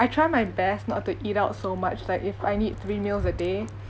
I try my best not to eat out so much like if I need three meals a day